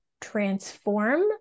transform